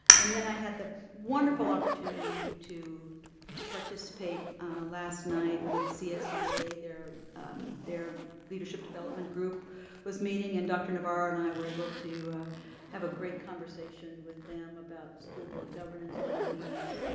and then i had the wonderful opportunity to to participate last night with csca. their their leadership development group was meeting and dr. navarro and i were able to have a great conversation with them about school board governance, what it means,